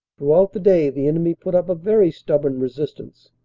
throughout the day the enemy put up a very stubbo rn resistance,